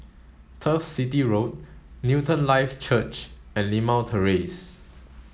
Turf City Road Newton Life Church and Limau Terrace